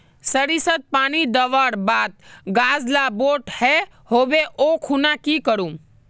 सरिसत पानी दवर बात गाज ला बोट है होबे ओ खुना की करूम?